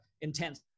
intense